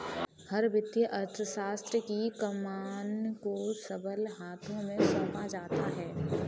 हर वित्तीय अर्थशास्त्र की कमान को सबल हाथों में सौंपा जाता है